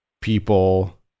people